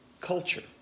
Culture